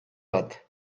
bat